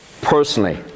personally